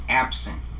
absent